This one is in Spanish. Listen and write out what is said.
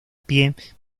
pie